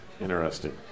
interesting